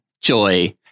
Joy